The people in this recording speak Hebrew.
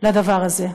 לדבר הזה.